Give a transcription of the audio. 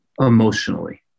emotionally